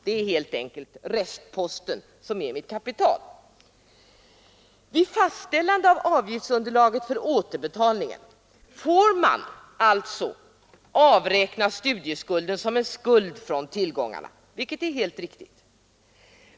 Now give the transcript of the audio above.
Det är helt enkelt restposten som är den studerandes kapital. Vid fastställande av avgiftsunderlaget för återbetalningen får man alltså avräkna studieskulden som en skuld från tillgångarna — vilket är helt riktigt.